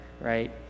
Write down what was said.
right